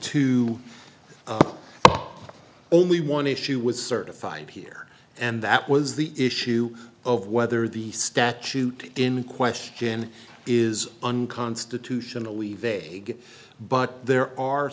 to only one issue with certified here and that was the issue of whether the statute in question is unconstitutionally vague but there are